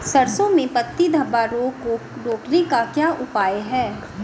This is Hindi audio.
सरसों में पत्ती धब्बा रोग को रोकने का क्या उपाय है?